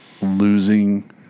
Losing